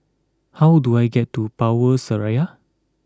how do I get to Power Seraya